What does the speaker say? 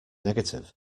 negative